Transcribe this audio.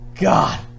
God